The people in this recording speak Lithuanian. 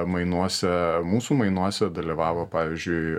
mainuose mūsų mainuose dalyvavo pavyzdžiui